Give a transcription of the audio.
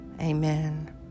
Amen